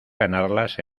ganarlas